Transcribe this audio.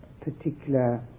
particular